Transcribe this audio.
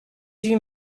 huit